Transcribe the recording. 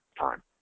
time